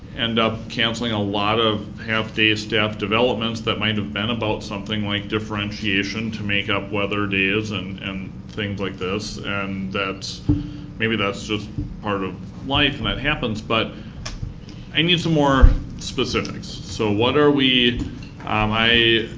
end up canceling a lot of half-day staff developments that might've been about something like differentiation to make up weather days and and things like this, and that maybe that's just part of life and that happens, but i need some more specifics. so what are we um though